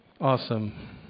Awesome